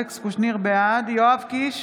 בעד יואב קיש,